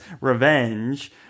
revenge